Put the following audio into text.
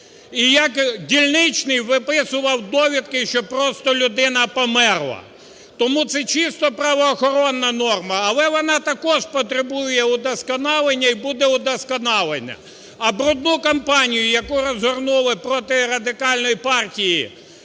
і як дільничний виписував довідки, що просто людина померла. Тому це чисто правоохоронна норма, але вона також потребує удосконалення і буде удосконалена. А брудну кампанію, яку розгорнули проти Радикальної партії